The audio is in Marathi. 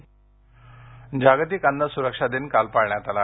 अन्न सुरक्षा दिन जागतिक अन्न सुरक्षा दिन काल पाळण्यात आला